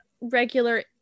regular